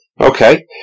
Okay